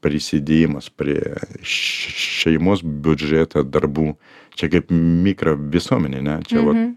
prisidėjimas prie šeimos biudžeto darbų čia kaip mikra visuomenė ane čia vat